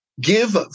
give